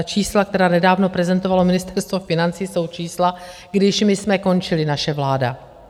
Čísla, která nedávno prezentovalo Ministerstvo financí, jsou čísla, když my jsme končili, naše vláda.